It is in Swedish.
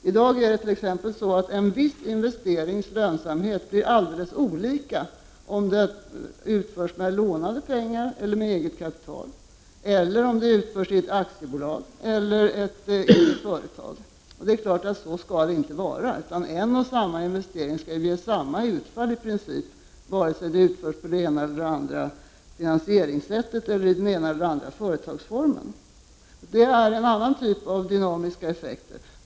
I dag är det t.ex. så att en viss investerings lönsamhet blir alldeles olika om den utförs med lånade pengar eller med eget kapital resp. om den utförs i ett aktiebolag eller i ett enskilt företag. Det är klart att det inte skall vara så, utan en och samma investering skall i princip ge samma utfall vare sig det ena eller andra finansieringssättet användes eller om den görs i den ena eller andra företagsformen. Det är en annan typ av dynamiska effekter.